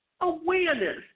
awareness